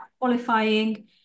qualifying